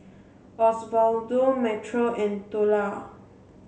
Osvaldo Metro and Tula